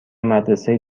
مدرسه